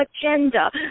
agenda